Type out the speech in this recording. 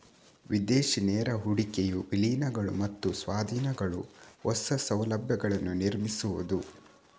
ವಿದೇಶಿ ನೇರ ಹೂಡಿಕೆಯು ವಿಲೀನಗಳು ಮತ್ತು ಸ್ವಾಧೀನಗಳು, ಹೊಸ ಸೌಲಭ್ಯಗಳನ್ನು ನಿರ್ಮಿಸುವುದು